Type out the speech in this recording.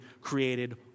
created